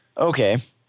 okay